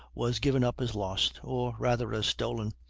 was given up as lost, or rather as stolen,